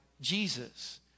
jesus